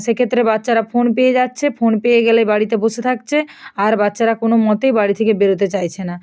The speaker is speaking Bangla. সেক্ষেত্রে বাচ্চারা ফোন পেয়ে যাচ্ছে ফোন পেয়ে গেলে বাড়িতে বসে থাকছে আর বাচ্চারা কোনো মতেই বাড়ি থেকে বেরোতে চাইছে না